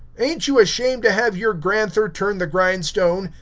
ain't you ashamed to have your granther turn the grindstone?